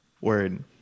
word